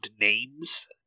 names